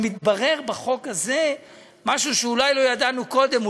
מתברר בחוק הזה משהו שאולי לא ידענו קודם,